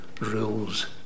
rules